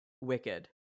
Wicked